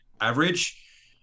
average